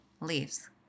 leaves